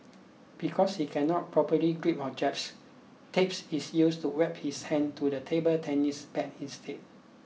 because he cannot properly grip objects tapes is used to wrap his hand to the table tennis bat instead